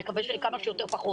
נקווה שכמה שפחות,